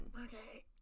Okay